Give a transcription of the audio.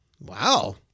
Wow